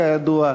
כידוע,